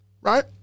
right